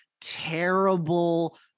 terrible